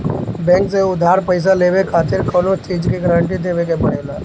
bank से उधार पईसा लेवे खातिर कवनो चीज के गारंटी देवे के पड़ेला